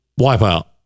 wipeout